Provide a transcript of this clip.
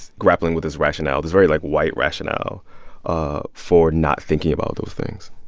grappling with his rationale this very, like, white rationale ah for not thinking about those things?